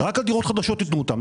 רק על דירות חדשות תתנו אותם.